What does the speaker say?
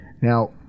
Now